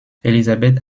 élisabeth